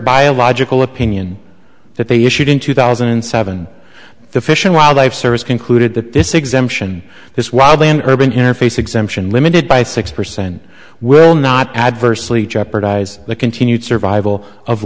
biological opinion that they issued in two thousand and seven the fish and wildlife service concluded that this exemption this wild land urban interface exemption limited by six percent will not adversely jeopardize the continued survival of